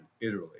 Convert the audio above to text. italy